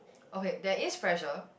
okay there is pressure